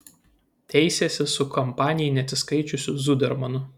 teisėsi su kampanijai neatsiskaičiusiu zudermanu